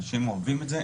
אנשים אוהבים את זה,